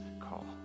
call